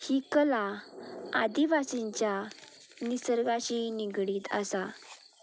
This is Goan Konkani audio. ही कला आदिवासींच्या निसर्गाची निगडीत आसा